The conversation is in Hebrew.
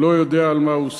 לא יודע מה הוא סח.